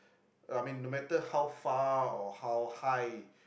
I mean no matter how far or how high